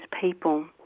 people